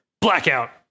blackout